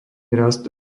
rast